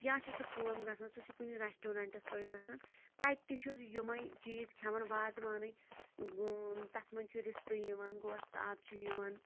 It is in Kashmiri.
یا چھُ سُہ کٲم گژھان سُہ چھُ کُنہِ ریسٹورنٹس پیٹھ گژھان تتہِ تہِ چھُ یِمی چیٖز کھیوان وازوانٕکۍ تتھ منٛز چھُ رِستہٕ یِوان گۄشتاب چھُ یِوان